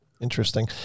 Interesting